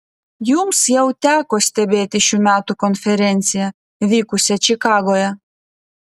jums jau teko stebėti šių metų konferenciją vykusią čikagoje